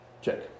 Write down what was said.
Check